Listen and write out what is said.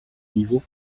niveau